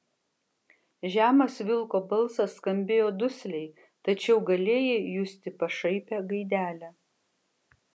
žemas vilko balsas skambėjo dusliai tačiau galėjai justi pašaipią gaidelę